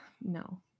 no